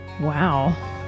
Wow